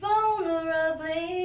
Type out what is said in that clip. Vulnerably